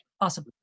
awesome